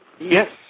Yes